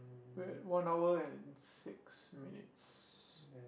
we're at one hour and six minutes